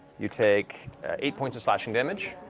you take eight points of slashing damage.